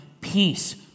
peace